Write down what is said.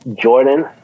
Jordan